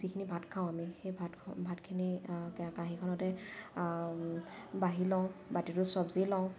যিখিনি ভাত খাওঁ আমি সেই ভাত ভাতখিনি কাঁহীখনতে বাঢ়ি লওঁ বাতিটোত চব্জি লওঁ